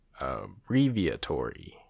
Abbreviatory